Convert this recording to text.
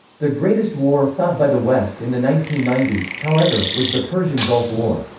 the greatest war fought by the west in the nineteen ninety s, however, was the persian gulf war.